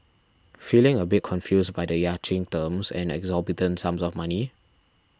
feeling a bit confused by the yachting terms and exorbitant sums of money